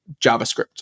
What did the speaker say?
JavaScript